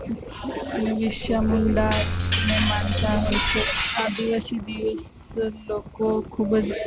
અને બિરસા મુંડાને માનતા હોય છે આ દિવસે દિવસે લોકો ખૂબ જ